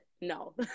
no